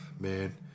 man